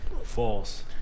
False